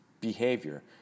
behavior